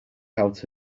out